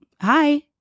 hi